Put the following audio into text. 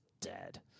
dead